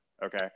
Okay